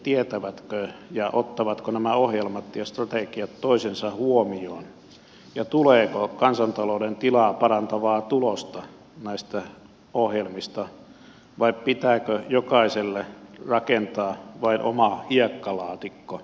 tietävätkö ja ottavatko nämä ohjelmat ja strategiat toisensa huomioon ja tuleeko kansantalouden tilaa parantavaa tulosta näistä ohjelmista vai pitääkö jokaiselle rakentaa vain oma hiekkalaatikko